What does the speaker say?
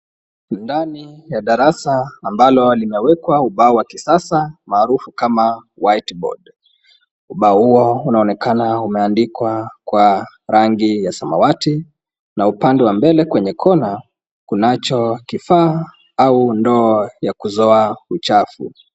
Ndani ya darasa ambalo limewekwa ubao wa kisasa maarufu kama white board . Ubao huo unaonekana umeandikwa kwa rangi ya samawati na upande wa mbele kwenye kona, kunacho kifaa au ndoo ya kuzoa uchafu.